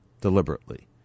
deliberately